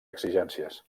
exigències